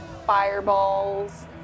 fireballs